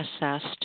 assessed